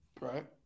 right